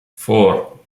four